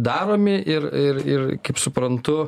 daromi ir ir ir kaip suprantu